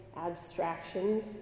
abstractions